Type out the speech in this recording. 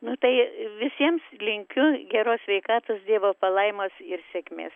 nu tai visiems linkiu geros sveikatos dievo palaimos ir sėkmės